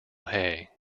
hay